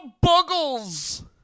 Buggles